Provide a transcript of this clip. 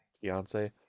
fiance